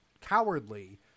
cowardly